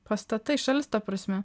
pastatai šalis ta prasme